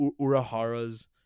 Urahara's